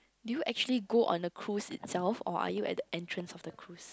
do you actually go on the cruise itself or are you at the entrance of the cruise